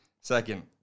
Second